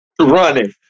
Running